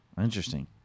Interesting